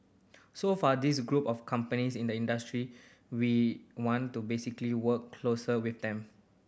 so for these group of companies in the industry we want to basically work closer with them